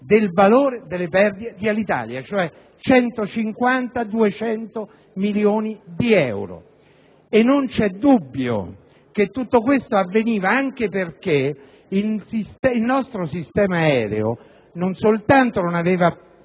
del valore delle perdite di Alitalia, cioè 150-200 milioni di euro. Non c'è dubbio che tutto questo avveniva anche perché il nostro sistema aereo non soltanto non aveva